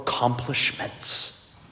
accomplishments